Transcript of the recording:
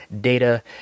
data